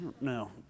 no